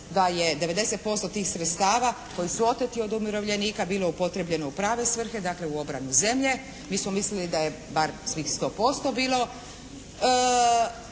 da je 90% tih sredstava koji su oteti od umirovljenika bilo upotrijebljeno u prave svrhe, dakle u obranu zemlje. Mi smo mislili da je bar svih 100%